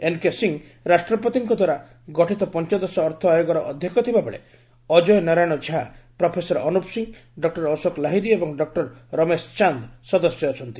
N K Singh ରାଷ୍ଟ୍ରପତିଙ୍କ ଦ୍ୱାରା ଗଠିତ ପଞ୍ଚଦଶ ଅର୍ଥ ଆୟୋଗର ଅଧ୍ୟକ୍ଷ ଥିବା ବେଳେ ଅଜୟ ନାରାୟଣ ଝା ପ୍ରଫେସର ଅନୁପ ସିଂ ଡକ୍ଟର ଅଶୋକ ଲାହିରି ଏବଂ ଡକ୍ଟର ରମେଶ ଚାନ୍ଦ ସଦସ୍ୟ ଅଛନ୍ତି